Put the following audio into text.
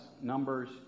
Numbers